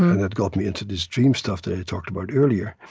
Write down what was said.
that got me into this dream stuff that i talked about earlier,